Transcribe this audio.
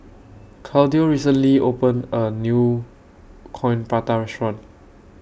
Claudio recently opened A New Coin Prata Restaurant